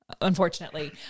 unfortunately